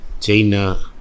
china